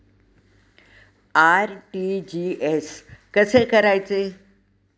RTGS कसे करायचे?